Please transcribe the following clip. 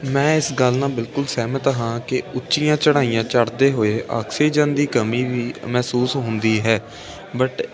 ਮੈਂ ਇਸ ਗੱਲ ਨਾਲ ਬਿਲਕੁਲ ਸਹਿਮਤ ਹਾਂ ਕਿ ਉੱਚੀਆਂ ਚੜਾਈਆਂ ਚੜਦੇ ਹੋਏ ਆਕਸੀਜਨ ਦੀ ਕਮੀ ਵੀ ਮਹਿਸੂਸ ਹੁੰਦੀ ਹੈ ਬਟ